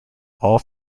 all